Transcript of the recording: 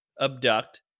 abduct